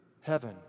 heaven